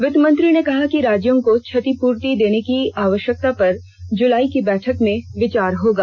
वित्ततमंत्री ने कहा कि राज्यों को क्षतिपूर्ति देने की आवश्यकता पर जुलाई की बैठक में विचार होगा